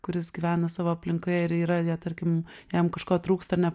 kuris gyvena savo aplinkoje ir yra ja tarkim jam kažko trūksta ne